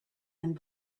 and